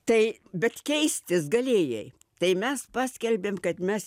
tai bet keistis galėjai tai mes paskelbėm kad mes